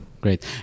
Great